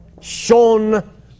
Sean